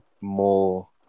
more